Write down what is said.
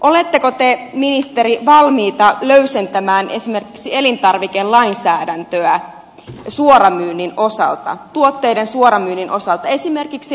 oletteko te ministeri valmis löysentämään esimerkiksi elintarvikelainsäädäntöä tuotteiden suoramyynnin osalta esimerkiksi lampaanlihan osalta